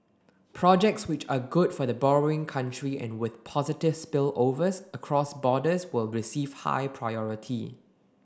projects which are good for the borrowing country and with positive spillovers across borders will receive high priority